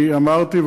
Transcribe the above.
אני אמרתי,